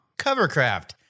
Covercraft